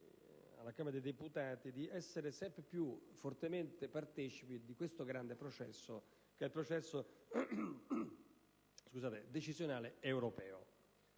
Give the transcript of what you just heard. la Camera dei deputati) di essere sempre più pienamente partecipe di questo grande processo che è il processo decisionale europeo.